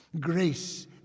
grace